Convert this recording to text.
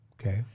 Okay